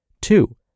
Two